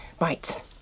Right